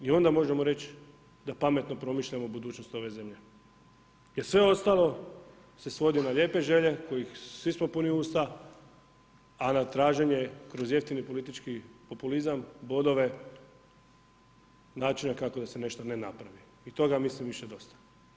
I onda možemo reći da pametno promišljamo budućnost ove zemlje jer sve ostalo se svodi na lijepe želje kojih svi smo puni usta a na traženje kroz jeftine politički populizam, bodove, načina kako da se nešto ne napravi i toga mislim da je više dosta.